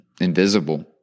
invisible